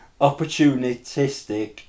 Opportunistic